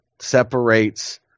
separates